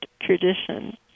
tradition